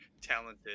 talented